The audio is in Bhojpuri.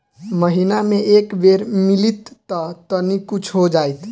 महीना मे एक बेर मिलीत त तनि कुछ हो जाइत